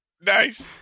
Nice